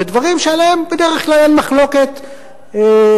ודברים שעליהם בדרך כלל אין מחלוקת עקרונית.